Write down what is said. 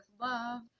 love